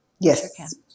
Yes